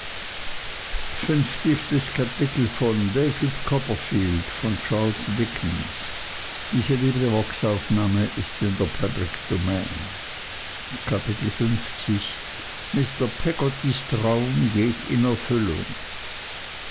kapitel mr peggottys traum geht in erfüllung